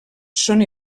són